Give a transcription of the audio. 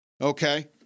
okay